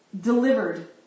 delivered